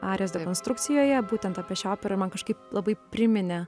arijos dekonstrukcijoje būtent apie šią operą man kažkaip labai priminė